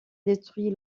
détruit